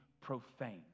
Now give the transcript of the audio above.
profane